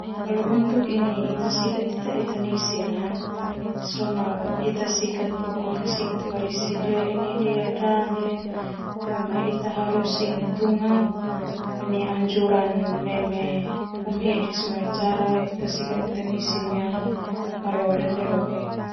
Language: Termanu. Ita sikat nisi na sona sikat dea dale ita harus tunga anjuran uma hedis.